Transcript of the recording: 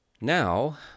Now